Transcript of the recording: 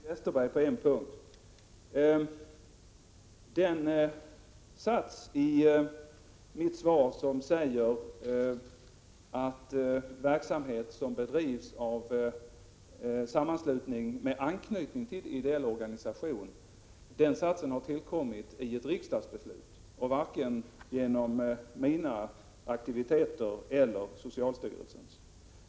Herr talman! Jag måste korrigera Bengt Westerberg på en punkt. Den passus i mitt svar som handlar om statsbidragsreglerna för verksamhet som bedrivs av ”en sammanslutning som har anknytning till en ideell organisation” har tillkommit efter ett riksdagsbeslut, varken genom mina eller genom socialstyrelsens aktiviteter.